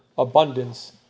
abundance